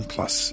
Plus